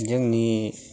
जोंनि